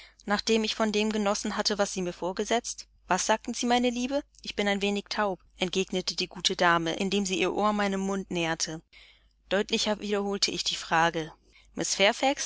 nachdem ich von dem genossen hatte was sie mir vorgesetzt was sagten sie meine liebe ich bin ein wenig taub entgegnete die gute dame indem sie ihr ohr meinem munde näherte deutlicher wiederholte ich die frage